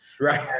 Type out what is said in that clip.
Right